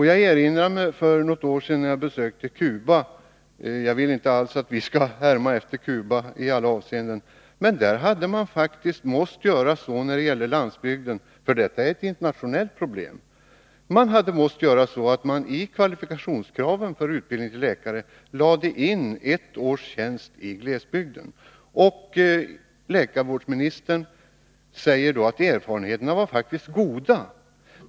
Jag besökte för något år sedan Cuba — men jag vill inte alls att vi skall härma efter Cuba i alla avseenden. Jag erinrar mig att man där när det gällde landsbygden — detta är nämligen ett internationellt problem — faktiskt hade måst göra så att man i kvalifikationskraven för utbildningen till läkare lade in ett års tjänst i glesbygden. Läkarvårdsministern sade att erfarenheterna av detta var goda.